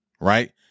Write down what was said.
right